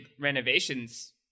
renovations